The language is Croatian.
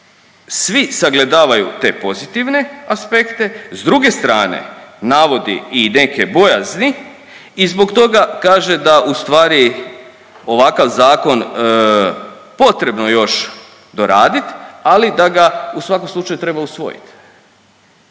svi sagledavaju te pozitivne aspekte. S druge strane navodi i neke bojazni i zbog toga kaže da u stvari ovakav zakon potrebno još doraditi, ali da ga u svakom slučaju treba usvojiti.